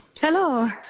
Hello